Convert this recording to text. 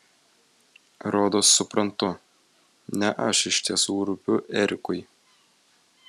rodos suprantu ne aš iš tiesų rūpiu erikui